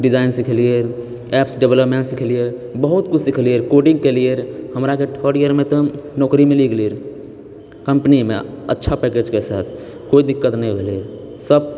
designing सिखलियैरऽ apps development सिखलियै बहुत किछु सिखलियैरऽ कोडिङ्ग केलियैरऽ हमराके थर्ड ईयरमे तऽ नौकरी मिली गेलै कम्पनीमे अच्छा पैकेजके साथ कोइ दिक्कत नहि भेलै सब